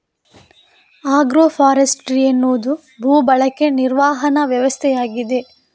agro forestry ಎನ್ನುವುದು ಭೂ ಬಳಕೆ ನಿರ್ವಹಣಾ ವ್ಯವಸ್ಥೆಯಾಗಿದೆ